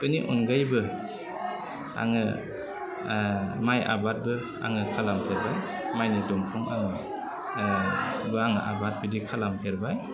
बेनि अनगायैबो आङो माय आबादबो आङो खालामफेरबाय मायनि दंफां आं बा आं आबाद बिदि खालामफेरबाय